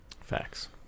Facts